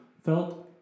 felt